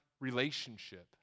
relationship